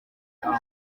aho